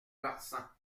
marsan